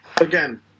again